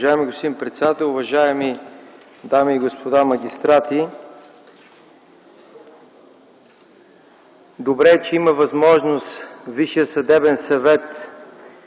Уважаеми господин председател, уважаеми дами и господа магистрати! Добре е, че има възможност Висшият съдебен съвет